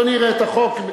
אדוני יראה את החוק.